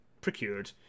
procured